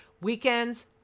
Weekends